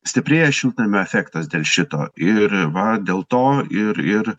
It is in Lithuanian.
stiprėja šiltnamio efektas dėl šito ir va dėl to ir ir